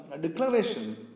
declaration